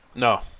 No